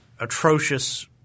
atrocious